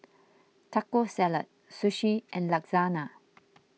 Taco Salad Sushi and Lasagna